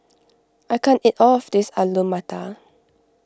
I can't eat all of this Alu Matar